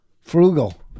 Frugal